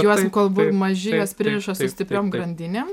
juos kol buvo maži juos pririša su stipriom grandinėm